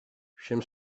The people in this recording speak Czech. všem